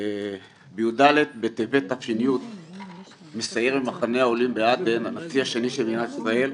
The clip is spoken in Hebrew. בי"ד בטבת תש"י מסייר במחנה העולים בעדן הנשיא השני של מדינת ישראל,